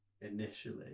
initially